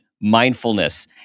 mindfulness